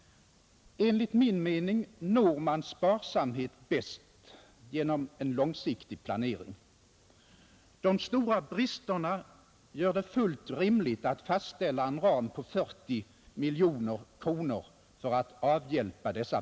Enligt min mening uppnår man sparsamhet bäst genom en långsiktig planering. De stora bristerna gör det fullt rimligt att fastställa en ram på 40 miljoner kronor för att avhjälpa dessa.